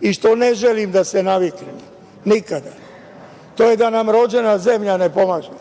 i na šta ne želim da se naviknem nikada to je da nam rođena zemlja ne pomaže.